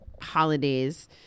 holidays